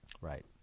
Right